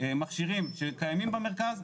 מכשירים שקיימים במרכז,